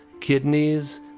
kidneys